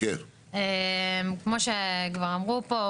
כמו שכבר אמרו פה,